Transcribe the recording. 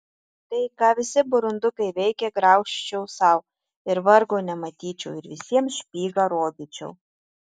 tai ką visi burundukai veikia graužčiau sau ir vargo nematyčiau ir visiems špygą rodyčiau